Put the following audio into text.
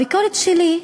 הביקורת שלי,